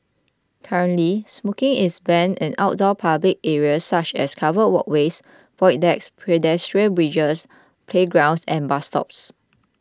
currently smoking is banned in outdoor public areas such as covered walkways void decks pedestrian bridges playgrounds and bus stops